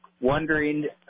wondering